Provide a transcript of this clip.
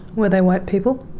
were they white people?